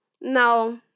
no